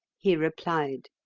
he replied,